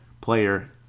player